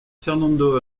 fernando